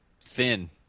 thin